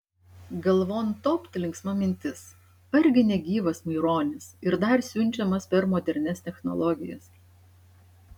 galvon topt linksma mintis argi ne gyvas maironis ir dar siunčiamas per modernias technologijas